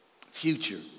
future